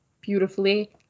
beautifully